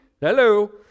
hello